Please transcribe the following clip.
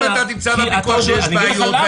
אם אתה תמצא בפיקוח שיש בעיות,